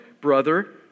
brother